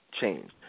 changed